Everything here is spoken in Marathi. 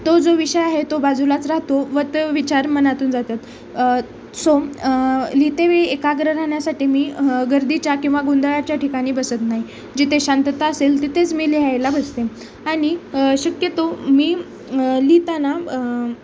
तो जो विषय आहे तो बाजूलाच राहतो व तो विचार मनातून जातात सो लिहिते वेळी एग्र राहण्यासाठी मी गर्दीच्या किंवा गोंधळाच्या ठिकाणी बसत नाही जिथे शांतता असेल तिथे च मी लिहायला बसते आणि शक्यतो मी लिहिताना